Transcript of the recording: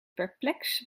perplex